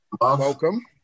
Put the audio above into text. Welcome